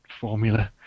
formula